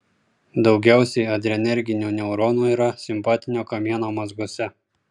daugiausiai adrenerginių neuronų yra simpatinio kamieno mazguose